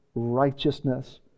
righteousness